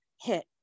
hit